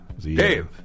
Dave